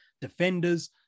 defenders